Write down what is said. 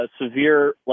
severe